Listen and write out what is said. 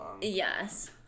Yes